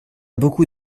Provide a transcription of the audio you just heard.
beaucoup